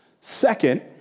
Second